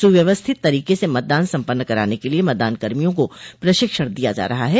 सुव्यवस्थित तरीके से मतदान सम्पन्न कराने के लिये मतदान कर्मियों को प्रशिक्षण दिया जा रहा है